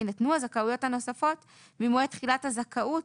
יינתנו הזכאויות הנוספות ממועד תחילת הזכאות